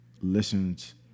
listens